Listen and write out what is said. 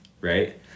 right